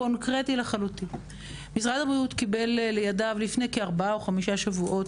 משרד הבריאות קיבל לידיו לפני כארבעה שבועות